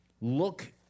look